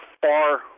far